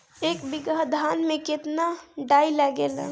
एक बीगहा धान में केतना डाई लागेला?